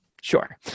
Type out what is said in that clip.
sure